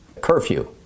Curfew